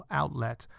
outlet